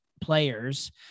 players